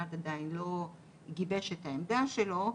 שהמשרד עדיין לא גיבש את העמדה שלו,